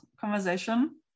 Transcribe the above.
conversation